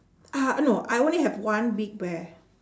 uhh no I only have one big bear